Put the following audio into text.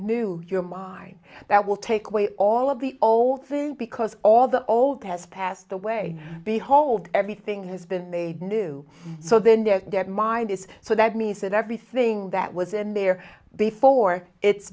the new your mind that will take away all of the all things because all the old has passed away behold everything has been made new so then their mind is so that means that everything that was in there before it's